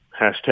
hashtag